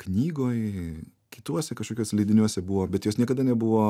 knygoj kituose kažkokiuose leidiniuose buvo bet jos niekada nebuvo